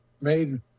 made